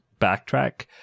backtrack